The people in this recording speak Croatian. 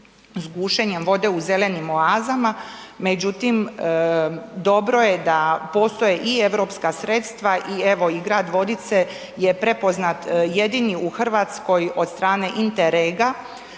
s gušenjem vode u zelenim oazama, međutim, dobro je da postoje i europska sredstva i evo, i grad Vodice je prepoznat jedini u Hrvatskoj od strane Interrega